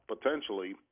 potentially